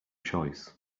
choice